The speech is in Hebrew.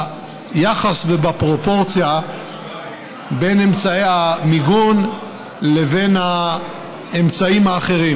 ביחס ובפרופורציה בין אמצעי המיגון לבין האמצעים האחרים,